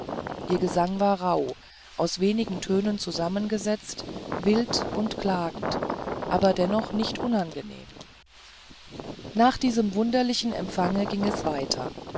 ihr gesang war rauh aus wenig tönen zusammengesetzt wild und klagend aber dennoch nicht unangenehm nach diesem wunderlichen empfange ging es weiter